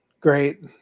great